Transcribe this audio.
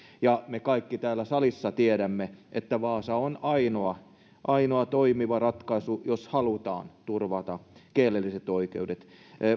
me kaikki täällä salissa tiedämme että vaasa on ainoa ainoa toimiva ratkaisu jos halutaan turvata kielelliset oikeudet